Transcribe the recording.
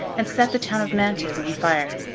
and set the town of mantes on fire.